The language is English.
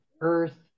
Earth